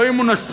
לא אם הוא נשוי,